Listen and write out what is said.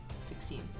Sixteen